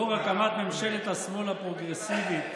לאור הקמת ממשלת השמאל הפרוגרסיבית,